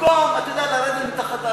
במקום לרדת מתחת לרדאר,